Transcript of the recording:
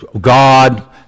God